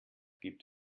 gibt